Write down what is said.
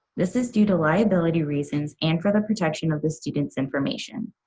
this is due to liability reasons and for the protection of the students information.